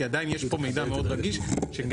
כי עדיין יש פה מידע מאוד רגיש שבאמת